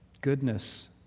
goodness